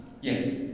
Yes